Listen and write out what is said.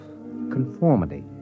Conformity